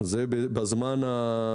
תודה.